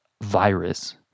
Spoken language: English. virus